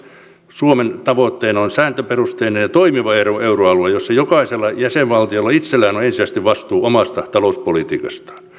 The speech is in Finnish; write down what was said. suomen tavoitteena on sääntöperusteinen ja toimiva euroalue jossa jokaisella jäsenvaltiolla itsellään on ensisijaisesti vastuu omasta talouspolitiikastaan